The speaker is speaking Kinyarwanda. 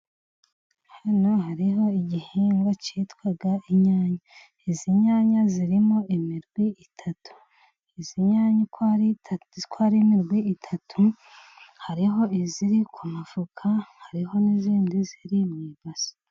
Hano hariho igihingwa cyitwa inyanya, izi nyanya zirimo imirwi itatu, izi nyanya uko ari imigwi itatu, hariho iziri ku mufuka hariho n'izindi ziri mu ibasi.